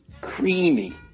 creamy